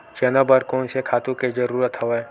चना बर कोन से खातु के जरूरत हवय?